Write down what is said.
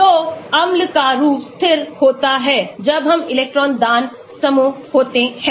तो अम्ल का रूप स्थिर होता है जब हम इलेक्ट्रॉन दान समूह होते हैं